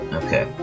okay